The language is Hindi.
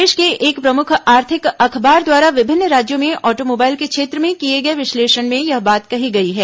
देश के एक प्रमुख आर्थिक अखबार द्वारा विभिन्न राज्यों में ऑटोमोबाइल के क्षेत्र में किए गए विश्लेषण में यह बात कही गई है